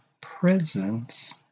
presence